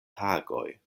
tagoj